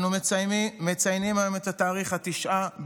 אנו מציינים היום את התאריך 9 במאי,